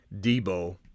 Debo